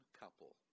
couple